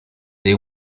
they